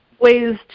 ways